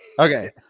okay